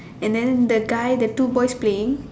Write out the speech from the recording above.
and then the guy the two boys playing